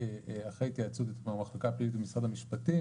אחרי התייעצות אתמול עם המחלקה הפלילית במשרד המשפטים,